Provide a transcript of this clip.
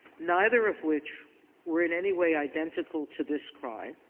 neither of which were in any way identical to this crime.